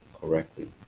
correctly